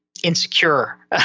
insecure